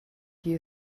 you